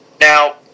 Now